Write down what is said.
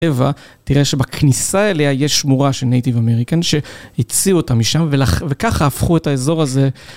תראה שבכניסה האלה יש שמורה של נייטיב אמריקן שהציעו אותה משם וככה הפכו את האזור הזה.